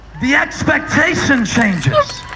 the expectation changes.